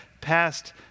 passed